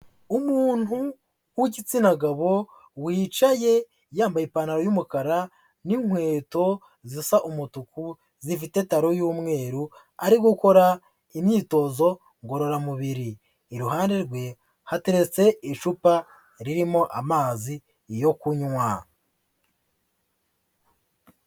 Umuntu w'igitsina gabo wicaye, yambaye ipantaro y'umukara n'inkweto zisa umutuku, zifite talo y'umweru, ari gukora imyitozo ngororamubiri. Iruhande rwe hateretse icupa ririmo amazi yo kunywa.